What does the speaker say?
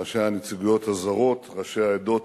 ראשי הנציגות הזרות, ראשי העדות